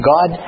God